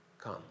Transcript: come